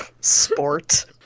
Sport